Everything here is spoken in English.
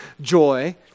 joy